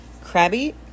crabby